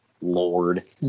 Lord